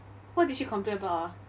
what did she complain about ah